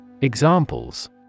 Examples